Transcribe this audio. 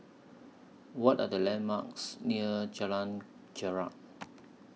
What Are The landmarks near Jalan Jarak